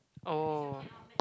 oh